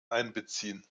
einbeziehen